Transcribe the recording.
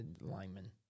lineman